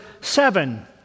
seven